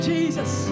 Jesus